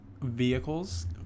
vehicles